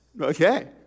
Okay